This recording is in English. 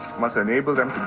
must enable them